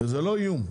זה לא איום,